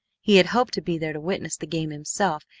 he had hoped to be there to witness the game himself,